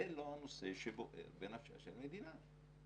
זה לא הנושא שבוער בנפשה של המדינה.